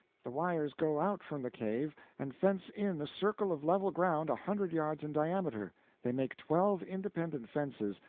the wires go out from the cave and fence in a circle of level ground a hundred yards in diameter they make twelve independent fences,